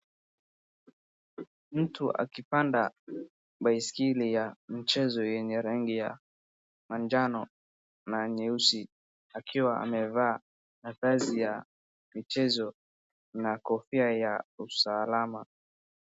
Mtu akipanda baiskeli ya mchezo yenye rangi ya manjano na nyeusi akiwa amevaa mavazi ya michezo na kofia ya usalama.